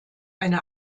eine